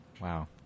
Wow